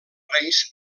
reis